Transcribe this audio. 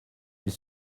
ils